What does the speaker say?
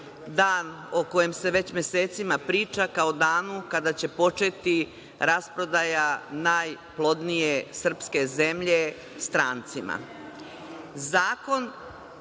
dan o kojem se već mesecima priča kao danu kada će početi rasprodaja najplodnije srpske zemlje strancima.